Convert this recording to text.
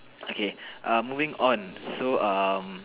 okay um moving on so um